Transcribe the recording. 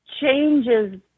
changes